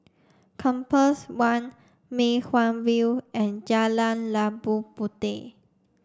Compass One Mei Hwan View and Jalan Labu Puteh